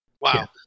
Wow